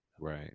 Right